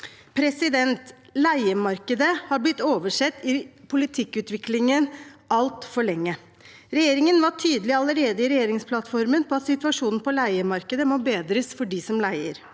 framover. Leiemarkedet har blitt oversett i politikkutviklingen altfor lenge. Regjeringen var tydelig allerede i regjeringsplattformen på at situasjonen på leiemarkedet må bedres for dem som leier.